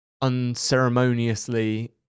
unceremoniously